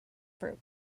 fruit